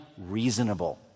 reasonable